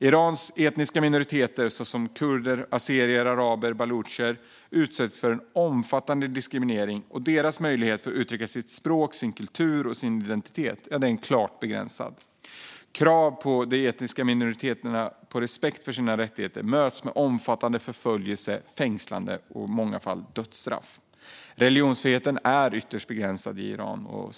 Irans etniska minoriteter, såsom kurder, azerier, araber och balucher, utsätts för en omfattande diskriminering, och deras möjligheter att uttrycka sitt språk, sin kultur och sin identitet är klart begränsade. Krav från de etniska minoriteterna på respekt för sina rättigheter möts med omfattande förföljelser, fängslanden och, i många fall, dödsstraff. Religionsfriheten är ytterst begränsad i Iran.